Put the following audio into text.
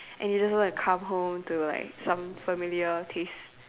and you just want to come home to like some familiar taste